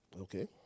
Okay